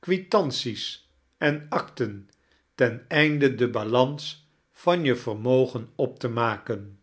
quitanties en acten ten einde de balans van je vermogen op te maken